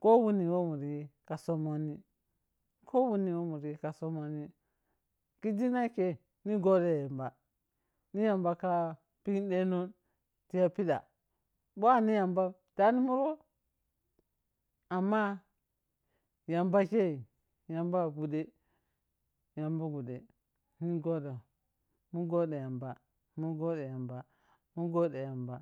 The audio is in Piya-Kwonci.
Ko wani wo muri yi ka somoni, ko wani wo muri ka somoni ko wani wo muri ka somoni kisi ne ke ni godou yamba, ni yamba ke pengdeno tya pidda, ɓa ani yambam? Da niri murou amma yamba yamba kei, yamba bhude, yamba bhude, mu godou yamba mu godou yamba mu godou yamba